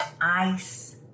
ice